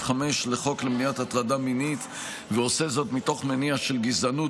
5 לחוק למניעת הטרדה מינית ועושה זאת מתוך מניע של גזענות,